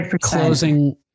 closing